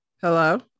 Hello